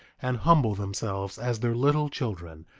and humble themselves as their little children,